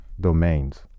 domains